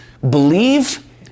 believe